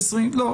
לא.